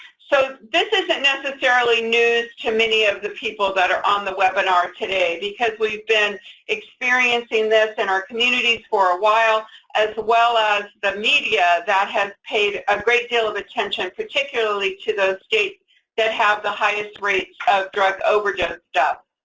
so this isn't necessarily news to many of the people that are on the webinar today, because we've been experiencing this in our communities for a while as well as the media that has paid a great deal of attention, particularly to those states that have the highest rates of drug overdose death.